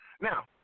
now